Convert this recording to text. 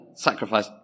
sacrifice